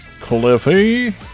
Cliffy